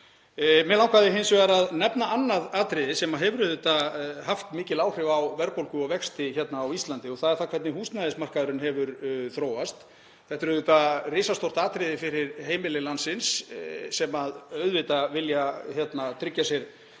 Mig langaði hins vegar að nefna annað atriði sem hefur auðvitað haft mikil áhrif á verðbólgu og vexti á Íslandi og það er hvernig húsnæðismarkaðurinn hefur þróast. Þetta er auðvitað risastórt atriði fyrir heimili landsins sem vilja tryggja sér þak